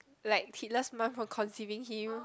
like Hitler's mum from conceiving him